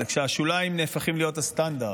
אלא כשהשוליים נהפכים להיות הסטנדרט,